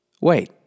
Wait